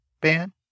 ban